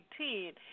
2018